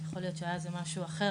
יכול להיות שהיה איזה משהו אחר,